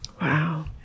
Wow